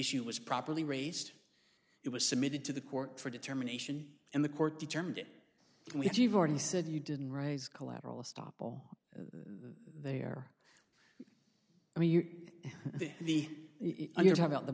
issue was properly raised it was submitted to the court for determination and the court determined it and we've already said you didn't raise collateral estoppel there i mean the the your how about the